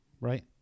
Right